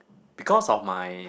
because of my